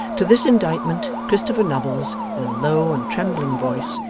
to this indictment, christopher nubbles, in a low and trembling voice,